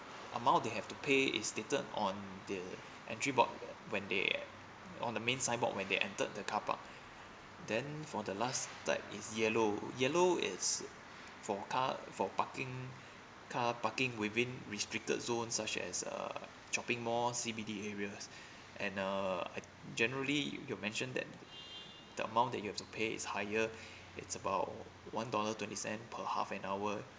amount they have to pay is stated on the entry board when they en~ on the main signboard when they entered the car park then for the last type is yellow yellow is for car uh for parking car parking within the restricted zone such as uh shopping malls C_B_D areas and uh I generally you you mentioned that the amount that you have to pay is higher it's about one dollar twenty cent per half an hour